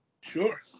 Sure